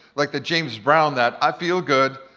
like the james brown, that i feel good,